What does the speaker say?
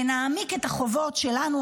ונעמיק את החובות שלנו,